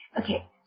Okay